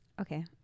Okay